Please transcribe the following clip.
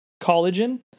collagen